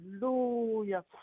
Hallelujah